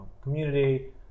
community